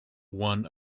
one